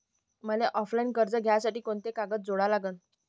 मले ऑफलाईन कर्ज घ्यासाठी कोंते कागद जोडा लागन?